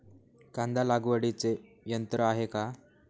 कांदा लागवडीचे यंत्र आहे का?